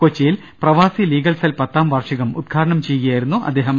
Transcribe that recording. കൊച്ചിയിൽ പ്രവാസി legal cell പത്താം വാർഷികം ഉദ്ഘാടനം ചെയ്യുകയായിരുന്നു അദ്ദേ ഹം